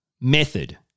method